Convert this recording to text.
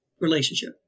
relationship